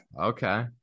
Okay